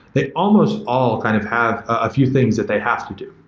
they almost all kind of have a few things that they have to do.